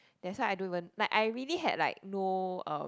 that's why I don't even like I really had like no um